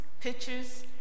pictures